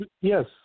Yes